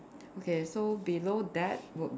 okay so below that would be